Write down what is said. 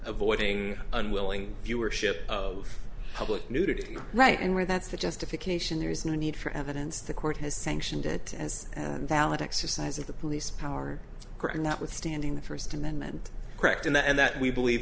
avoiding unwilling viewership of public nudity right and where that's the justification there is no need for evidence the court has sanctioned it as an valid exercise of the police powers notwithstanding the first amendment correct in that and that we believe